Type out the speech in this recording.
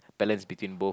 balance between both